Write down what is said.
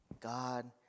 God